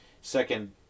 Second